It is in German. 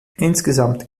insgesamt